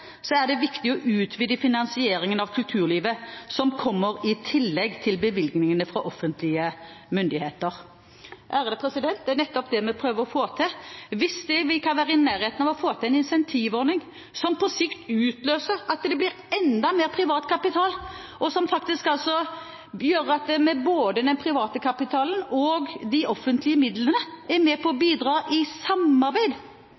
er det viktig å utvide finansieringen av kulturlivet som kommer i tillegg til bevilgningene fra offentlige myndigheter.» Det er nettopp det vi prøver å få til. Hvis vi kan være i nærheten av å få til en insentivordning som på sikt utløser at det blir enda mer privat kapital, og som gjør at både den private kapitalen og de offentlige midlene er med på å bidra – i samarbeid